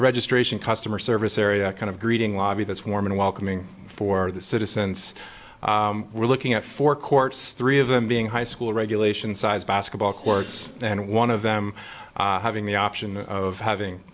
registration customer service area a kind of greeting lobby this warm and welcoming for the citizens we're looking at four courts three of them being high school regulation sized basketball courts and one of them having the option of having